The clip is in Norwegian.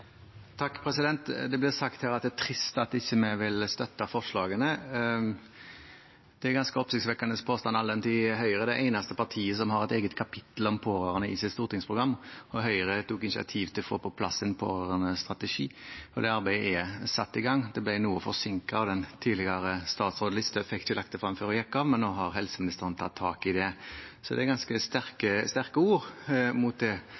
det eneste partiet som har et eget kapittel om pårørende i sitt stortingsprogram, og Høyre tok initiativ til å få på plass en pårørendestrategi. Det arbeidet er satt i gang. Det ble noe forsinket. Tidligere statsråd Listhaug fikk ikke lagt det frem før hun gikk av, men nå har helseministeren tatt tak i det. Så det er ganske sterke ord mot det